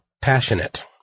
passionate